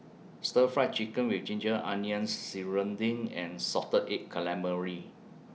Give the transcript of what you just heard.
Stir Fry Chicken with Ginger Onions Serunding and Salted Egg Calamari